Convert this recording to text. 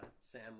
Sam